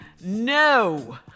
No